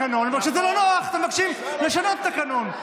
כשזה לא נוח אתם מבקשים לשנות את התקנון.